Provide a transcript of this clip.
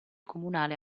comunale